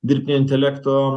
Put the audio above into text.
dirbtinio intelekto